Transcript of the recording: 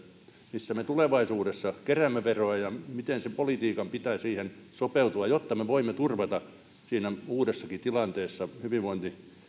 missä me tulevaisuudessa keräämme veroja ja miten politiikan pitää siihen sopeutua jotta me voimme turvata siinä uudessakin tilanteessa hyvinvoinnin